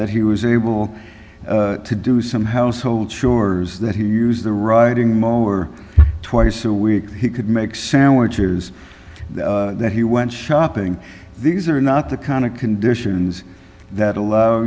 that he was able to do some household chores that he used the riding mower twice a week he could make sandwiches that he went shopping these are not the kind of conditions that allow